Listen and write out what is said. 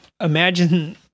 imagine